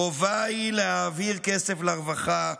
חובה היא להעביר כסף לרווחה,